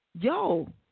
yo